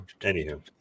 anywho